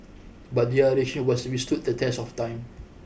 but their relation was withstood the test of time